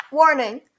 Warning